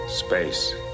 space